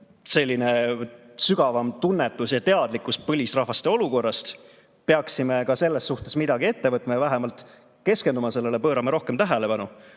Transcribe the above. selline sügavam tunnetus ja teadlikkus põlisrahvaste olukorrast, peaksime selles suhtes midagi ette võtma ja vähemalt keskenduma sellele, pöörama rohkem tähelepanu.